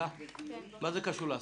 מה זה קשור להסעות?